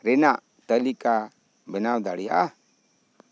ᱨᱮᱱᱟᱜ ᱛᱟᱞᱤᱠᱟ ᱵᱮᱱᱟᱣ ᱫᱟᱲᱮᱭᱟᱜᱼᱟ